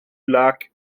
lac